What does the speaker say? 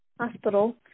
hospital